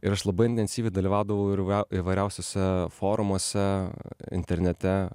ir aš labai intensyviai dalyvaudavau ir įvairiausiuose forumuose internete